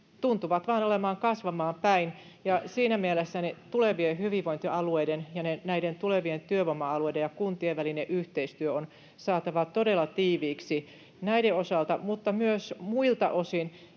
olevan vain kasvamaan päin. Siinä mielessä tulevien hyvinvointialueiden ja näiden tulevien työvoima-alueiden ja kuntien välinen yhteistyö on saatava todella tiiviiksi näiden osalta mutta myös muilta osin,